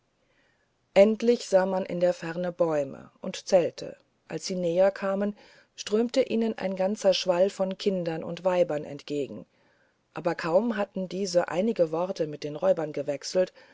endlich sah man in der ferne bäume und zelte als sie näher kamen strömte ihnen ein ganzer schwall von kindern und weibern entgegen aber kaum hatten diese einige worte mit den räubern gewechselt